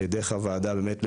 דרך הוועדה באמת,